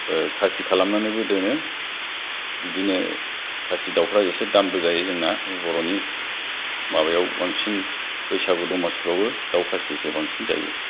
खासि खालामनानैबो दोनो बिदिनो खासि दाउफ्रा एसे दामबो जायो जोंना बर'नि माबायाव बांसिन बैसागु दमासिफ्रावबो दाउ खासिसो बांसिन जायो